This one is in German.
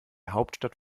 hauptstadt